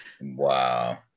Wow